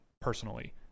personally